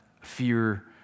fear